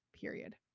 period